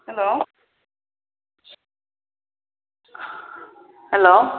hello hello